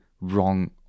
wrong